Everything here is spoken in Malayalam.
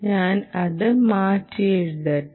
ഞാൻ അത് മാറ്റിയെഴുതട്ടെ